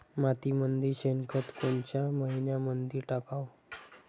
मातीमंदी शेणखत कोनच्या मइन्यामंधी टाकाव?